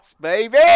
baby